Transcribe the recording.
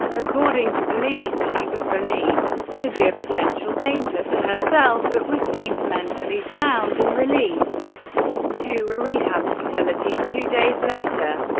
according to police, she was believed to be a potential danger to herself, but was deemed mentally sound and released to a rehab facility two days later.